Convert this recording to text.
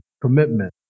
commitment